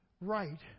right